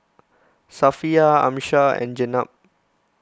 Safiya Amsyar and Jenab